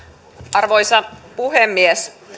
arvoisa puhemies